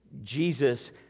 Jesus